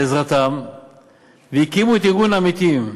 לעזרתן והקימו את ארגון "עמיתים".